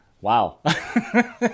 wow